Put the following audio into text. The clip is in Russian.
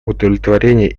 удовлетворения